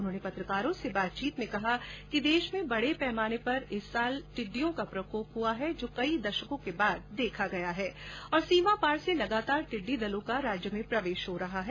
उन्होंने पत्रकारों से बातचीत में कहा कि देश में बड़े पैमाने पर इस वर्ष टिड्डियों का प्रकोप कई दशकों के बाद देखा गया है और सीमा पार से लगातार टिड्डी दलों का राज्य में प्रवेश हो रहा है